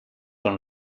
con